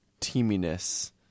teaminess